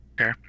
Okay